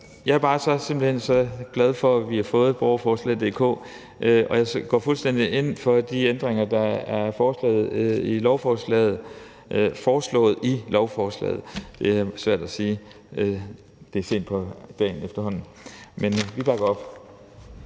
hen bare så glad for, at vi har fået borgerforslag.dk, og jeg går fuldstændig ind for de ændringer, der er foreslået i lovforslaget – det var svært at sige; det er efterhånden sent på dagen, men vi bakker op.